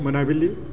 मोनाबिलि